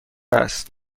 است